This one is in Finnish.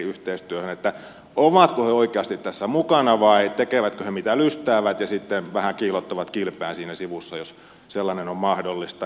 ovatko he oikeasti tässä mukana vai tekevätkö he mitä lystäävät ja sitten vähän kiillottavat kilpeään siinä sivussa jos sellainen on mahdollista